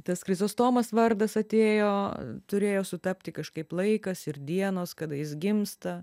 tas krizostomas vardas atėjo turėjo sutapti kažkaip laikas ir dienos kada jis gimsta